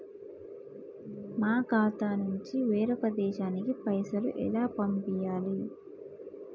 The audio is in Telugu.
మా ఖాతా నుంచి వేరొక దేశానికి పైసలు ఎలా పంపియ్యాలి?